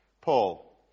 Paul